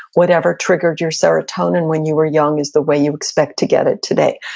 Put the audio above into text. whatever triggered your serotonin when you were young is the way you expect to get it today.